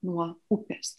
nuo upės